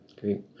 Great